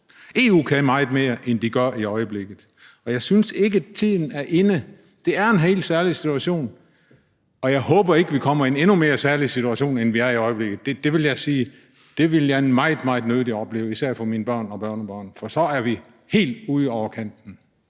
EU kan meget mere, end de gør i øjeblikket. Jeg synes ikke, tiden er inde til det. Det er en helt særlig situation, og jeg håber ikke, at vi kommer i en endnu mere særlig situation, end vi er i i øjeblikket. Det vil jeg meget, meget nødig opleve at især mine børn og børnebørn skal komme i, for så er vi helt ude over kanten.